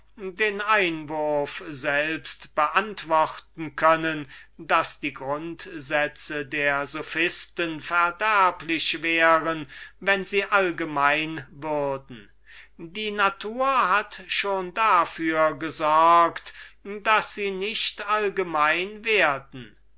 den einwurf selbst beantworten können daß die grundsätze der sophisten und weltleute verderblich wären wenn sie allgemein würden die natur hat schon davor gesorgt daß sie nicht allgemein werden